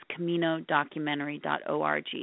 CaminoDocumentary.org